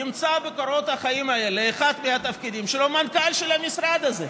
ימצא בקורות החיים האלה שאחד מהתפקידים שלו זה מנכ"ל של המשרד הזה.